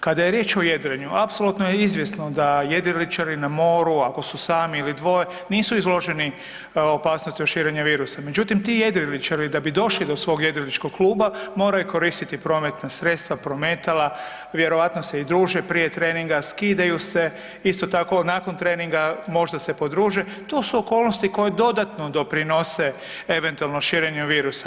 Kada je riječ o jedrenju apsolutno je izvjesno da jedriličari na moru ako su sami ili dvoje nisu izloženi opasnosti od širenja virusa, međutim ti jedriličari da bi došli do svog jedriličkog kluba moraju koristiti prometna sredstva, prometala, vjerojatno se i druže prije treninga, skidaju se, isto tako nakon treninga možda se podruže, to su okolnosti koje dodatno doprinose eventualno širenju virusa.